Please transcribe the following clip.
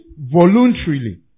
voluntarily